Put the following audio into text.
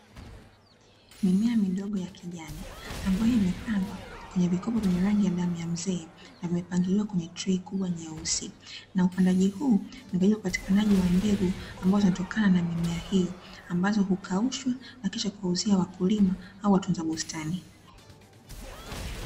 Mimea midogo ya kijani ambayo imepandwa kwenye vikopo vyenye rangi ya damu ya mzee na vimepangiliwa kwenye trei kubwa, nyeusi na upandaji huu ni kwa ajili ya upatikanaji wa mbegu ambao zinatokana na mimea hiyo ambazo hukaushwa na kisha kuwauzia wakulima au watunza bustani.